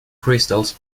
crystals